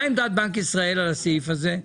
מה עמדת בנק ישראל על הסעיף הזה?